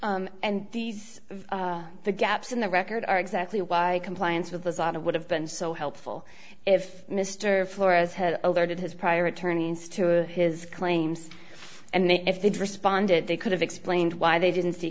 and these are the gaps in the record are exactly why compliance with us out of would have been so helpful if mr flores had alerted his prior attorneys to his claims and if they'd responded they could have explained why they didn't see